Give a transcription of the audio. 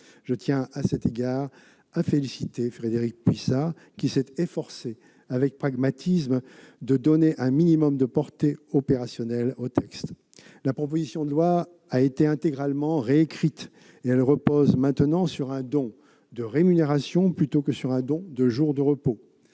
Je tiens à cet égard à féliciter Frédérique Puissat, qui s'est efforcée avec pragmatisme de donner un minimum de portée opérationnelle au texte. La proposition de loi a été intégralement réécrite. Elle repose maintenant sur un don de rémunération, plutôt que sur un don de jours de repos.